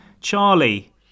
Charlie